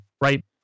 right